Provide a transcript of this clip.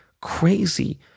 crazy